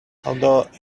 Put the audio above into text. although